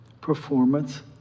performance